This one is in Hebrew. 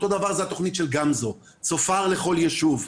אותו דבר זו התוכנית של גמזו, צופר לכל יישוב.